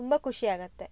ತುಂಬ ಖುಷಿಯಾಗತ್ತೆ